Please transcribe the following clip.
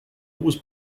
was